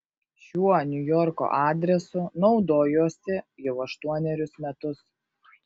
šiuo niujorko adresu naudojuosi jau aštuonerius metus